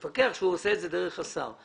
המפקח עושה את זה דרך השר.